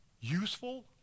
useful